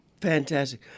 Fantastic